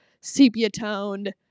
sepia-toned